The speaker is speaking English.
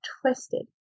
twisted